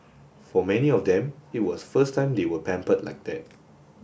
for many of them it was first time they were pampered like that